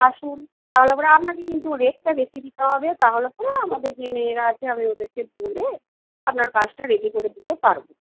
আসুন তাহলে পরে আপনাকে কিন্তু রেটটা বেশি দিতে হবে তাহলে পরে আমাদের যে মেয়েরা আছে আমি ওদেরকে বলে আপনার কাজটা রেডি করে দিতে পারব